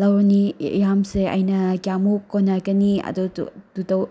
ꯂꯧꯔꯅꯤ ꯌꯥꯝꯁꯦ ꯑꯩꯅ ꯀꯌꯥꯃꯨꯛ ꯀꯣꯟꯅꯒꯅꯤ ꯑꯗꯨꯗꯣ ꯑꯗꯨꯗ